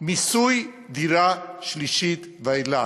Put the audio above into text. מיסוי דירה שלישית ואילך.